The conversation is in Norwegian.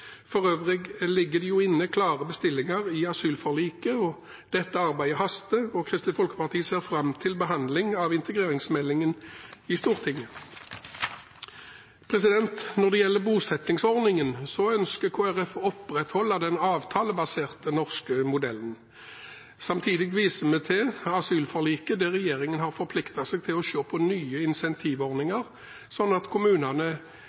ligger det jo inne klare bestillinger i asylforliket. Dette arbeidet haster, og Kristelig Folkeparti ser fram til behandlingen av integreringsmeldingen i Stortinget. Når det gjelder bosettingsordningen, ønsker Kristelig Folkeparti å opprettholde den avtalebaserte norske modellen. Samtidig viser vi til asylforliket, der regjeringen har forpliktet seg til å se på nye incentivordninger, slik at kommunene